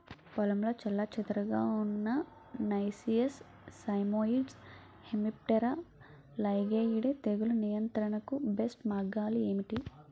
పొలంలో చెల్లాచెదురుగా ఉన్న నైసియస్ సైమోయిడ్స్ హెమిప్టెరా లైగేయిడే తెగులు నియంత్రణకు బెస్ట్ మార్గాలు ఏమిటి?